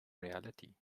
reality